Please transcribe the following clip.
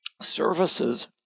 services